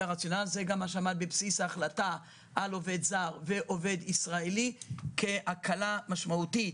זה גם מה שעמד בבסיס ההחלטה על עובד זר ועובד ישראלי כהקלה משמעותית